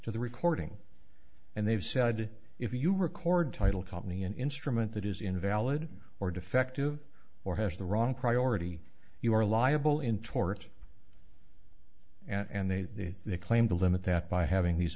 to the recording and they've said if you record title company an instrument that is invalid or defective or has the wrong priority you are liable in tort and they claim to limit that by having these